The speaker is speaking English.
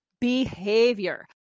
behavior